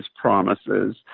promises